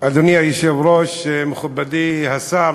אדוני היושב-ראש, מכובדי השר,